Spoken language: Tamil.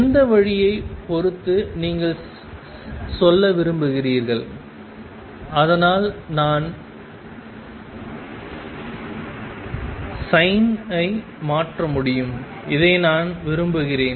எந்த வழியைப் பொறுத்து நீங்கள் சொல்ல விரும்புகிறீர்கள் அதனால் நான் பாவத்தை மாற்ற முடியும் இதை நான் விரும்புகிறேன்